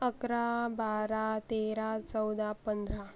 अकरा बारा तेरा चौदा पंधरा